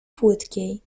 płytkiej